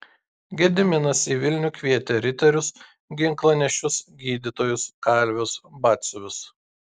gediminas į vilnių kvietė riterius ginklanešius gydytojus kalvius batsiuvius